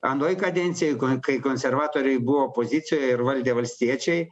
anoj kadencijoj kai konservatoriai buvo opozicijoj ir valdė valstiečiai